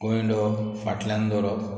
गोंयडो फाटल्यान दवरप